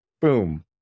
boom